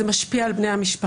זה משפיע על בני המשפחה.